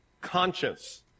conscious